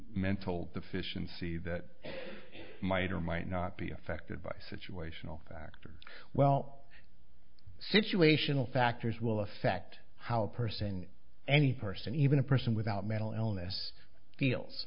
mental deficiency that might or might not be affected by situational factors well situational factors will affect how a person any person even a person without mental illness feels